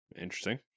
Interesting